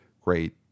great